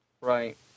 Right